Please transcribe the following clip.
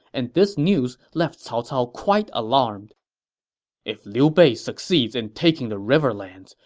and this news left cao cao quite alarmed if liu bei succeeds in taking the riverlands,